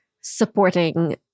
supporting